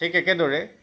ঠিক একেদৰে